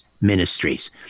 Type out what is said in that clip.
Ministries